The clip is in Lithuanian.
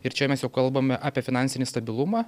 ir čia mes jau kalbame apie finansinį stabilumą